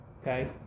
okay